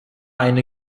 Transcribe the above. eine